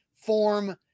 Form